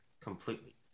completely